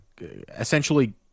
essentially